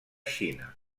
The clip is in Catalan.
xina